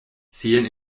sehen